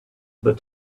the